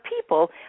people